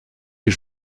les